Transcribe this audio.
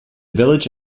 village